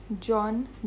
John